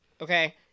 Okay